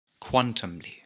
quantumly